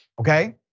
okay